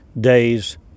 days